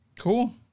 Cool